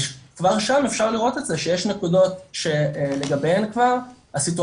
כבר שם אפשר לראות את זה שיש נקודות שלגביהם כבר הסיטואציה